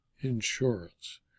insurance